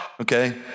Okay